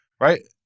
right